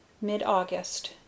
mid-August